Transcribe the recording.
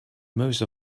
most